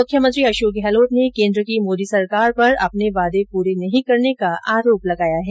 मुख्यमंत्री अशोक गहलोत ने केन्द्र की मोदी सरकार पर अपने वादे पूरे नहीं करने का आरोप लगाया है